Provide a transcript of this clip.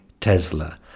Tesla